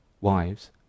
wives